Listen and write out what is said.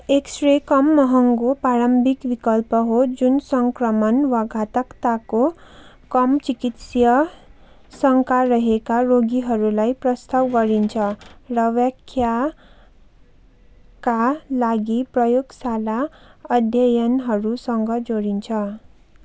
x-ray कम महँगो प्रारम्भिक विकल्प हो जुन सङ्क्रमण वा घातकताको कम चिकित्सीय शङ्का रहेका रोगीहरूलाई प्रस्ताव गरिन्छ र व्याख्याका लागि प्रयोगशाला अध्ययनहरूसँग जोडिन्छ